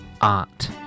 art